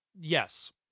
Yes